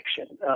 Action